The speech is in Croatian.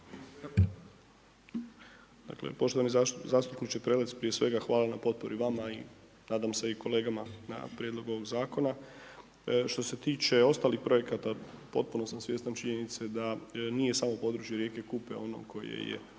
(HDZ)** Poštovani zastupniče Prelec, prije svega hvala vama, nadam se i kolegama na prijedlogu ovoga zakona. Što se tiče ostalih projekata potpuno sam svjestan činjenice da nije samo područje rijeke Kupe ono koje je